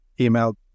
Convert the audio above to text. email